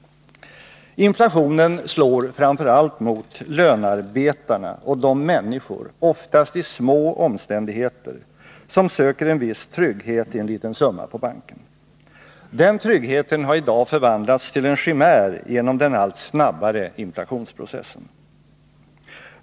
Inflationen slår framför allt mot lönarbetarna och de människor, oftast i små omständigheter, som söker en viss trygghet i en liten summa på banken. Den tryggheten har i dag förvandlats i en chimär genom den allt snabbare inflationsprocessen.